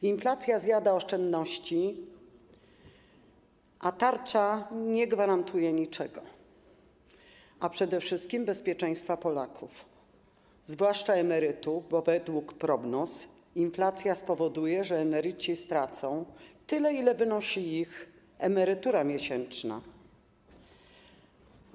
Inflacja zjada oszczędności, a tarcza nie gwarantuje niczego, przede wszystkim - bezpieczeństwa Polaków, zwłaszcza emerytów, bo według prognoz inflacja spowoduje, że emeryci stracą tyle, ile wynosi ich miesięczna emerytura.